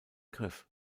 griff